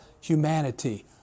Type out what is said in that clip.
humanity